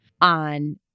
on